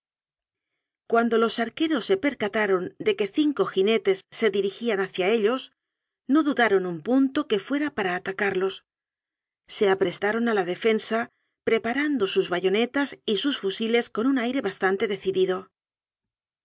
cuando los arqueros se percataron de que cin co jinetes se dirigían hacia ellos no dudaron un punto que fuera para atacarlos se aprestaron a la defensa preparando sus bayonetas y sus fusi les con aire bastante decidido